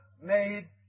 made